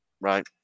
Right